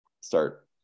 start